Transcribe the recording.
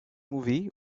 movie